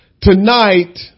tonight